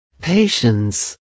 Patience